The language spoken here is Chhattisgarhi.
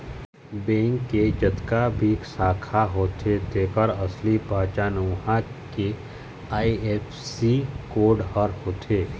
बेंक के जतका भी शाखा होथे तेखर असली पहचान उहां के आई.एफ.एस.सी कोड ह होथे